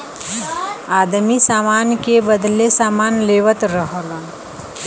आदमी सामान के बदले सामान लेवत रहल